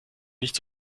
nicht